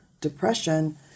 depression